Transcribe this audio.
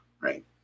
right